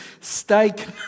steak